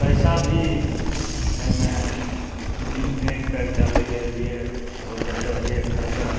पैसा भी अइमे न्यू नेट पैक डालयके लिये बहुत जादे होइए खर्चा